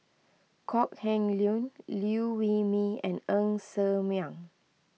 Kok Heng Leun Liew Wee Mee and Ng Ser Miang